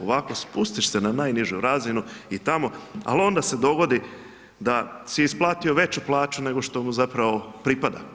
Ovako, spustiš se na najnižu razinu i tamo, ali onda se dogodi da si isplatio veću plaću nego što mu zapravo pripada.